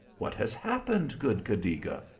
what has happened, good cadiga?